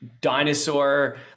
dinosaur